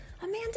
Amanda